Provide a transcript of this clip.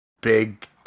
big